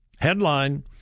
Headline